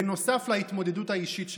בנוסף להתמודדות האישית שלהם.